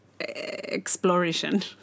exploration